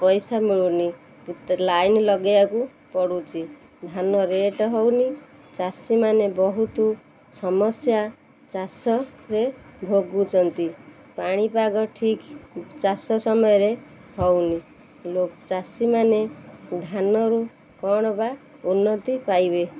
ପଇସା ମିଳୁନି ଲାଇନ୍ ଲଗେଇବାକୁ ପଡ଼ୁଛି ଧାନ ରେଟ୍ ହେଉନି ଚାଷୀମାନେ ବହୁତ ସମସ୍ୟା ଚାଷରେ ଭୋଗୁଛନ୍ତି ପାଣିପାଗ ଠିକ୍ ଚାଷ ସମୟରେ ହେଉନି ଚାଷୀମାନେ ଧାନରୁ କ'ଣ ବା ଉନ୍ନତି ପାଇବେ